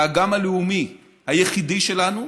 האגם הלאומי היחידי שלנו,